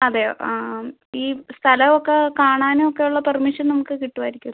അതെയോ ആ ഈ സ്ഥലം ഒക്കെ കാണാനും ഒക്കെ ഉള്ള പെർമിഷൻ നമുക്ക് കിട്ടുമായിരിക്കുമല്ലോ